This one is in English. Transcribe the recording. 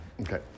Okay